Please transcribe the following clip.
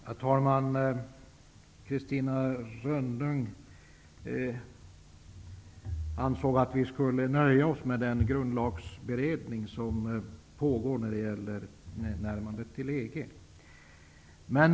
Herr talman! Catarina Rönnung ansåg att vi skulle nöja oss med den grundlagsberedning som pågår när det gäller närmandet till EG.